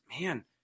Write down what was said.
man